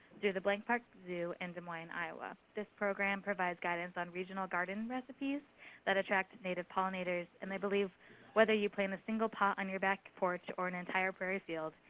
through the blank park zoo in des moines, iowa. this program provides guidance on regional garden recipes that attract native pollinators. and i believe whether you plant a single pot on your back porch or an entire prairie field,